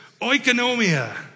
Oikonomia